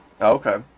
Okay